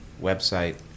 website